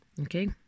okay